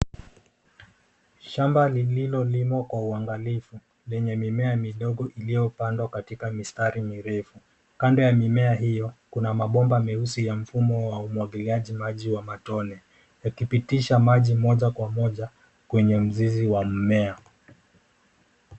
Shamba lililolimwa kwa uangalifu lenye mimea midogo iliyopandwa katika mistari mirefu. Kando ya mimea hiyo kuna mabomba meusi ya mfumo wa umwagiliaji maji wa matone yakipitisha maji moja kwa moja kwenye mzizi wa mmea.